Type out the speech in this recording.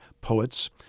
poets